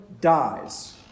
dies